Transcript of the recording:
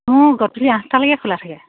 মোৰ গধূলি আঠটালৈকে খোলা থাকে